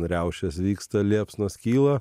riaušės vyksta liepsnos kyla